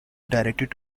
directed